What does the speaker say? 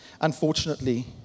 unfortunately